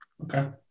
Okay